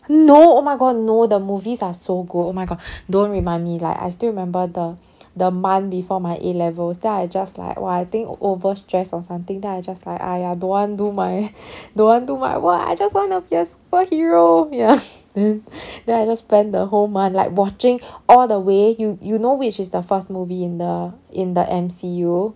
no oh my god no the movies are so good oh my god don't remind me like I still remember the the month before my A levels then I just like !wah! I think over stress or something then I just like !aiya! don't want do my don't want to my !wah! I just want to be a superhero ya then then I just spend the whole month like watching all the way you you know which is the first movie in the in the M_C_U